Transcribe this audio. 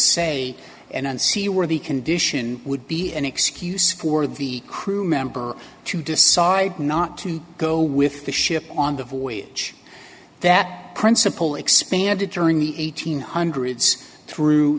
say and see where the condition would be an excuse for the crew member to decide not to go with the ship on the voyage that principle expanded during the eighteen hundreds through